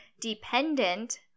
dependent